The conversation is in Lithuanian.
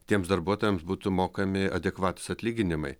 tiems darbuotojams būtų mokami adekvatūs atlyginimai